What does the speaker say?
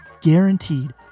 guaranteed